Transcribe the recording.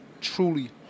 truly